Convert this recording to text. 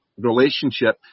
relationship